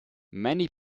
many